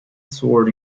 sword